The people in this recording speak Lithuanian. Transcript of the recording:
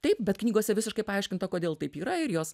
taip bet knygose visiškai paaiškinta kodėl taip yra ir jos